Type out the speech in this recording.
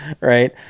right